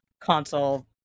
console